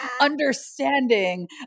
understanding